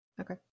Okay